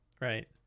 right